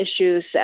issues